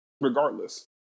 regardless